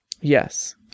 Yes